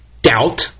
doubt